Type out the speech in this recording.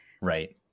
Right